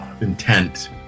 intent